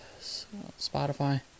Spotify